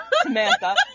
Samantha